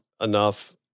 enough